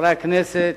חברי הכנסת,